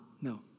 No